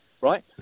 right